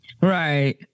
Right